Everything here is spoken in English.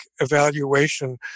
evaluation